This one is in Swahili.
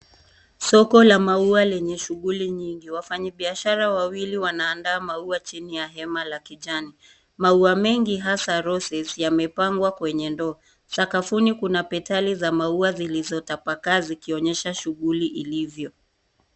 Soko la maua lenye shughuli nyingi. Wafanyibiashara wawili wanandaa maua chini ya hema la kijani. Maua mengi hasa roses yamepamgwa kwenye ndoo. Sakafuni kuna petali za maua zilizotapakaa zikionyesha shughuli ilivyo.